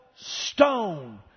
stone